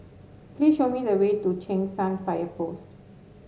please show me the way to Cheng San Fire Post